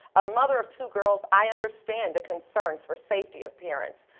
a mother of two girls, i understand the concerns for safety of parents.